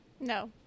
No